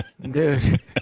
dude